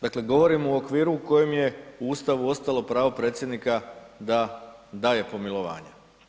Dakle, govorim u okviru u kojem je u Ustavu ostalo pravo predsjednika da daje pomilovanja.